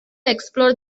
explore